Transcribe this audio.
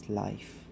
life